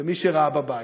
ומי שראה בבית,